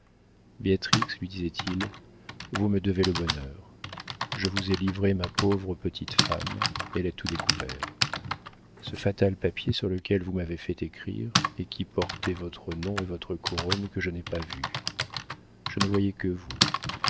lui disait-il vous me devez le bonheur je vous ai livré ma pauvre femme elle a tout découvert ce fatal papier sur lequel vous m'avez fait écrire et qui portait votre nom et votre couronne que je n'avais pas vus je ne voyais que vous